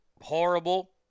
Horrible